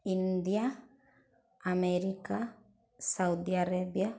India America Saudi Arabia